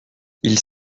ils